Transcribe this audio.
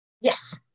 yes